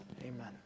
amen